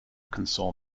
console